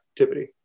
activity